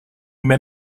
met